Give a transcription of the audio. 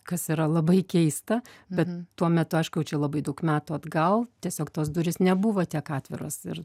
kas yra labai keista bet tuo metu aišku jau čia labai daug metų atgal tiesiog tos durys nebuvo tiek atviros ir